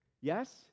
Yes